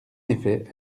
effet